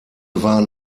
waren